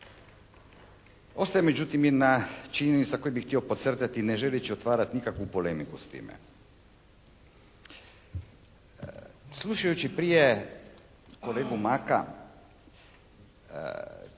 Ostaje međutim jedna činjenica koju bih htio podcrtati ne želeći nikakvu polemiku s time. Slušajući prije kolegu Maka,